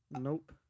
Nope